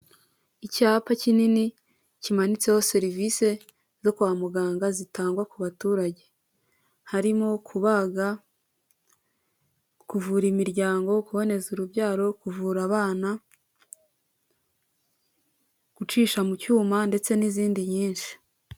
Icyapa kinini kimanitseho serivisi zo kwa muganga zitangwa ku baturage, harimo kubaga, kuvura imiryango, kuboneza urubyaro, kuvura abana, gucisha mu cyuma ndetse n'izindi nyinshi.